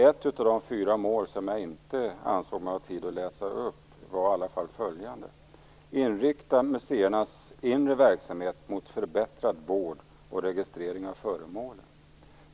Ett av de fyra mål som jag inte ansåg mig ha tid att läsa upp var följande: Inrikta museernas inre verksamhet mot förbättrad vård och registrering av föremålen.